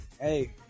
Hey